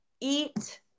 eat